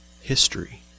history